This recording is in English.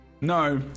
No